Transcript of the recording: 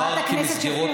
חברת הכנסת שפיר,